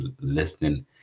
listening